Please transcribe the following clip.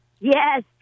Yes